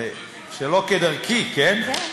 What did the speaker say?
שלא כדרכי, כן?